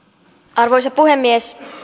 arvoisa puhemies